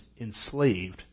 enslaved